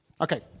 Okay